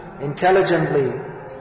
intelligently